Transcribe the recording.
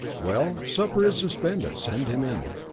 well, supper is suspended, send him in.